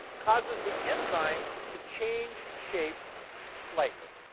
causes the enzyme to change shape slightly,